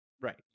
Right